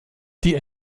die